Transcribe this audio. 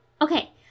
Okay